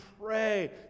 pray